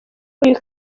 uyu